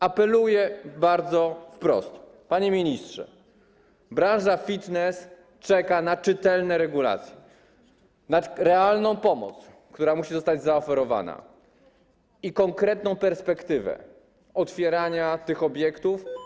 Apeluję wprost: Panie ministrze, branża fitness czeka na czytelne regulacje, na realną pomoc, która musi zostać zaoferowana, i konkretną perspektywę, dotyczącą otwierania tych obiektów.